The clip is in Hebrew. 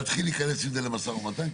להתחיל להיכנס עם זה למשא ומתן,